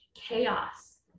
chaos